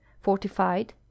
fortified